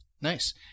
Nice